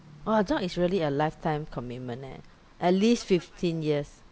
!wah! a dog is really a lifetime commitment eh at least fifteen years